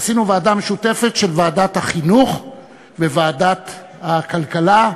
עשינו ועדה משותפת של ועדת החינוך וועדת הכלכלה,